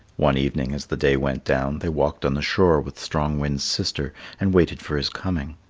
one evening, as the day went down, they walked on the shore with strong wind's sister and waited for his coming.